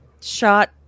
shot